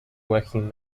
working